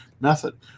method